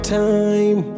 time